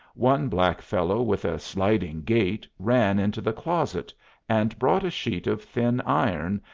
one black fellow with a sliding gait ran into the closet and brought a sheet of thin iron,